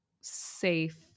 safe